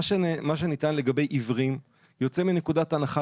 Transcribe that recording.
מה שניתן לגבי עיוורים יוצא מנקודת הנחה